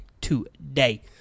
today